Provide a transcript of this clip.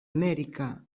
amèrica